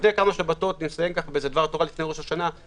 לפני כמה שבתות קראנו נסיים בדבר תורה לפני ראש השנה: